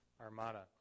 armada